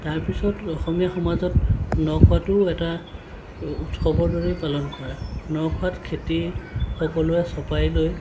তাৰপিছত অসমীয়া সমাজত ন খোৱাটোও এটা উৎসৱৰ দৰে পালন কৰে ন খোৱাত খেতি সকলোৱে চপাই লৈ